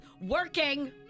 Working